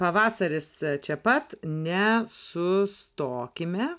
pavasaris čia pat nesustokime